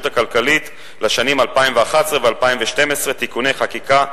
הכלכלית לשנים 2011 ו-2012 (תיקוני חקיקה),